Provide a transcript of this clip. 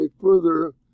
further